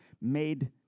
made